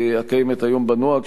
הקיימת היום בנוהג,